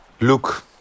look